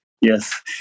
Yes